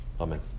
Amen